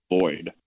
void